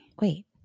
Wait